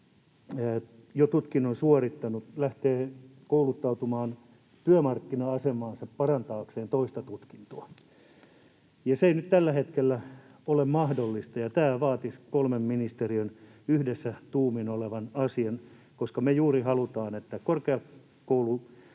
jo tutkinnon suorittanut lähtee kouluttautumaan toiseen tutkintoon parantaakseen työmarkkina-asemaansa. Se ei nyt tällä hetkellä ole mahdollista, ja tämä vaatisi kolmen ministeriön yhdessä tuumin olevan asian, koska me juuri halutaan, että korkeakoulun